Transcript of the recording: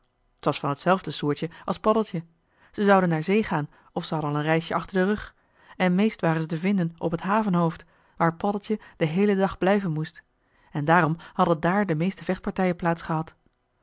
t was van t zelfde soortje als paddeltje ze zouden naar zee gaan of ze hadden al een reisje achter den rug en meest waren ze te vinden op het havenhoofd waar joh h been paddeltje de scheepsjongen van michiel de ruijter paddeltje den heelen dag blijven moest en daarom hadden daar de meeste vechtpartijen plaats gehad